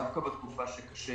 דווקא בתקופה שקשה